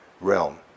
realm